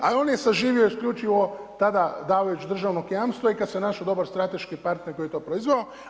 A i on je saživio isključivo tada davajući državnog jamstva i kada se našao dobar strateški partner koji je to proizveo.